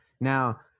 now